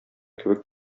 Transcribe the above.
кебек